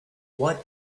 what